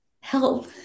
Help